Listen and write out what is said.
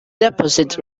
deposit